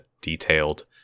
detailed